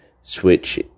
switch